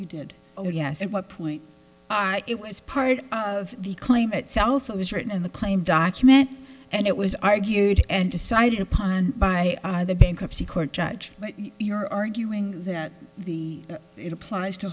you did oh yes at what point are it was part of the claim itself it was written in the claim document and it was argued and decided upon by the bankruptcy court judge you're arguing that the it applies to